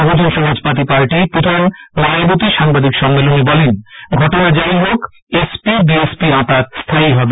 বহুজন Samajwadi party প্রধান মায়াবতী সাংবাদিক সম্মেলনে বলেন ঘটনা যাইহোক এসপি বিএসপি আঁতাত স্হায়ী হবে